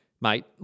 Mate